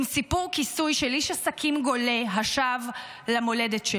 עם סיפור כיסוי של איש עסקים גולה השב למולדתו.